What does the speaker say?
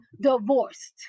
divorced